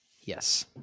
Yes